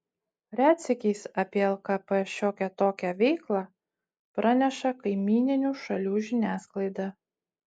retsykiais apie lkp šiokią tokią veiklą praneša kaimyninių šalių žiniasklaida